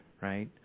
right